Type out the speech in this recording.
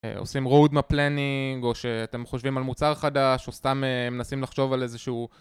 עושים road map planning או שאתם חושבים על מוצר חדש או סתם מנסים לחשוב על איזשהו